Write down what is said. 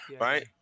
right